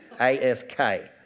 A-S-K